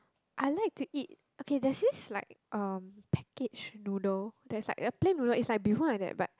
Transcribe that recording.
I like to eat okay there's this like um packaged noodle that is like a plain noodle it's like beehoon like that but